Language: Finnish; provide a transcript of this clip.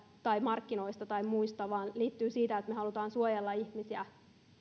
tai markkinoista tai muusta vaan siitä että me haluamme suojella ihmisiä